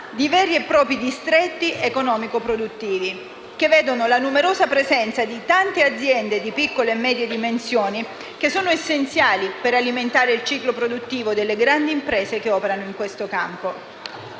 di veri e propri distretti economico-produttivi, che vedono la numerosa presenza di aziende di piccole e medie dimensioni, che sono essenziali per alimentare il ciclo produttivo delle grandi imprese che operano in questo campo.